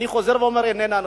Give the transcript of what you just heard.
אני חוזר ואומר: איננה נכונה.